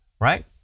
right